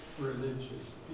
religious